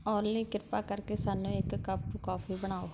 ਓਲੀ ਕਿਰਪਾ ਕਰਕੇ ਸਾਨੂੰ ਇੱਕ ਕੱਪ ਕੌਫੀ ਬਣਾਓ